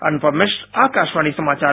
अनुपम मिश्र आकाशवाणी समाचार